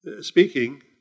speaking